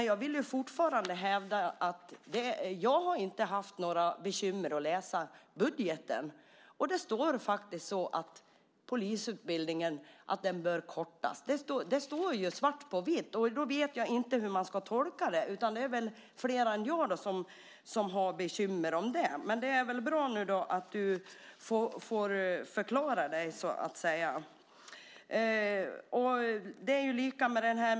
Jag vill fortfarande hävda att jag inte haft några bekymmer med att läsa budgetpropositionen, och där står faktiskt att polisutbildningen bör kortas. Det står svart på vitt, och jag vet inte hur man annars ska tolka det. Det är nog fler än jag som har bekymmer med det. Men det är väl bra att Beatrice Ask nu får förklara detta.